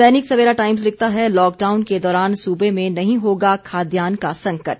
दैनिक Savera Times लिखता है lockdown के दौरान सूवे में नहीं होगा खाद्यान का संकट